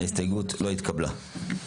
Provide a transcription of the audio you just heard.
הצבעה ההסתייגות לא נתקבלה ההסתייגות לא התקבלה.